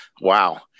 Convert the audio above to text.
Wow